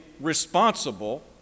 responsible